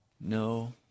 No